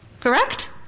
Correct